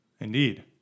Indeed